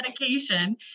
medication